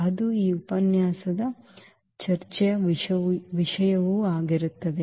ಅದು ಈ ಉಪನ್ಯಾಸದ ಚರ್ಚೆಯ ವಿಷಯವೂ ಆಗಿರುತ್ತದೆ